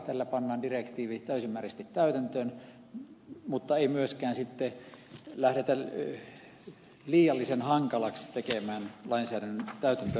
tällä pannaan direktiivi täysimääräisesti täytäntöön mutta ei myöskään sitten lähdetä liiallisen hankalaksi tekemään lainsäädännön täytäntöönpanoa